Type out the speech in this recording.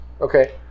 Okay